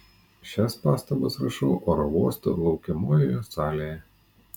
šias pastabas rašau oro uosto laukiamojoje salėje